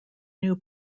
new